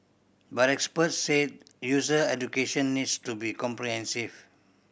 but experts said user education needs to be comprehensive